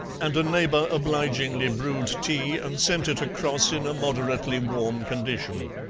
and a neighbour obligingly brewed tea and sent it across in a moderately warm condition.